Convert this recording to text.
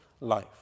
life